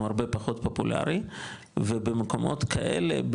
היא הרבה פחות פופולרית ובמקומות כאלה,